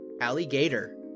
Alligator